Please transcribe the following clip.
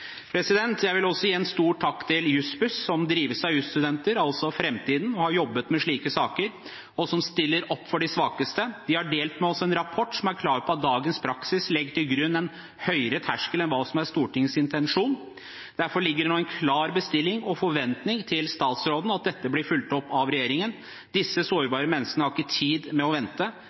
Jeg vil også rette en stor takk til Jussbuss, som drives av jusstudenter – altså framtiden – som har jobbet med slike saker, og som stiller opp for de svakeste. De har delt en rapport med oss som er klar på at dagens praksis legger til grunn en høyere terskel enn hva som er Stortingets intensjon. Derfor ligger det nå en klar bestilling og forventning til statsråden om at dette blir fulgt opp av regjeringen. Disse sårbare menneskene har ikke tid til å vente.